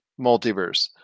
Multiverse